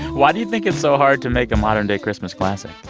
why do you think it's so hard to make a modern-day christmas classic?